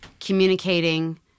communicating